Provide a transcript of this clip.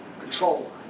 control